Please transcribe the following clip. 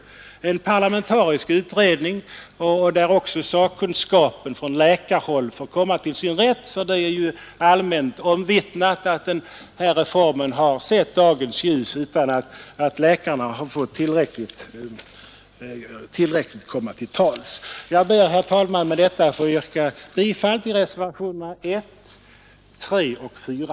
Det behövs en parlamentarisk utredning där också läkarsakkunskapen får komma till sin rätt, för det är ju allmänt omvittnat att den här reformen har kommit till världen utan att läkarna tillräckligt fått komma till tals. Jag ber med detta, herr talman, att få yrka bifall till reservationerna 1, 3 och 4.